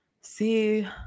see